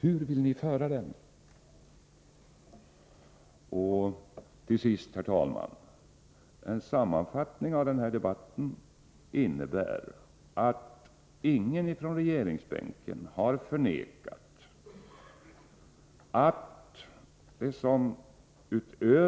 Jag ställer den frågan återigen. Till sist, herr talman, en sammanfattning av den här debatten genom några fakta som ingen från regeringsbänken har förnekat.